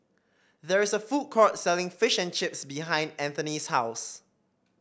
there is a food court selling Fish and Chips behind Anthony's house